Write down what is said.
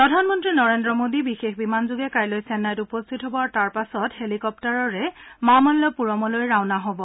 প্ৰধানমন্ত্ৰী নৰেন্দ্ৰ মোডী বিশেষ বিমানযোগে কাইলৈ চেন্নাইত উপস্থিত হব আৰু তাৰ পাছত হেলিকপটাৰেৰে মামাল্লাপুৰমলৈ যাব